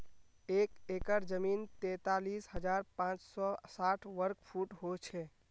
एक एकड़ जमीन तैंतालीस हजार पांच सौ साठ वर्ग फुट हो छे